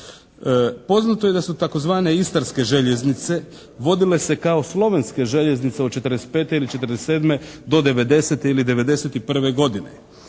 Poznato je da su tzv. istarske željeznice vodile se kao slovenske željeznice od '45. do '90. ili '91. godine.